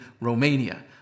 Romania